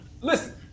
listen